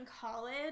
college